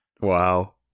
Wow